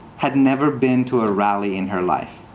had never been to a rally in her life.